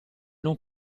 non